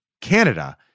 Canada